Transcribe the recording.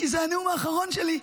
כי זה הנאום האחרון שלי,